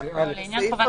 לעניין חובת ההתייעצות.